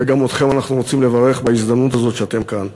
וגם אתכם אנחנו רוצים לברך בהזדמנות הזאת שאתם כאן.